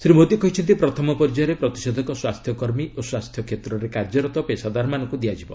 ଶ୍ରୀ ମୋଦୀ କହିଛନ୍ତି ପ୍ରଥମ ପର୍ଯ୍ୟାୟରେ ପ୍ରତିଷେଧକ ସ୍ପାସ୍ଥ୍ୟକର୍ମୀ ଓ ସ୍ନାସ୍ଥ୍ୟ କ୍ଷେତ୍ରରେ କାର୍ଯ୍ୟରତ ପେଷାଦାରମାନଙ୍କୁ ଦିଆଯିବ